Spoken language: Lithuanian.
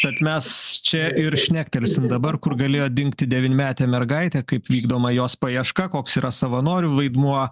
tad mes čia ir šnektelsim dabar kur galėjo dingti devynmetė mergaitė kaip vykdoma jos paieška koks yra savanorių vaidmuo